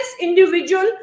individual